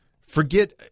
forget